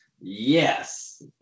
Yes